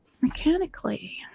mechanically